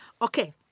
Okay